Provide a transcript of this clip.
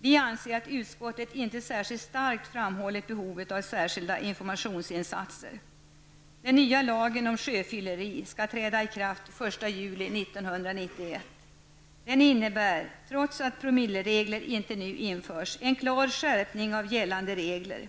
Vi anser att utskottet inte särskilt starkt framhållit behovet av särskilda informationsinsatser. juli 1991. Den innebär -- trots att promilleregler inte nu införs -- en klar skärpning av gällande regler.